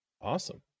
Awesome